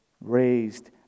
raised